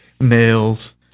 Nails